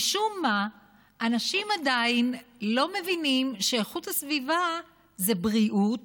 משום מה אנשים עדיין לא מבינים שאיכות הסביבה זה בריאות